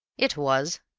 it was.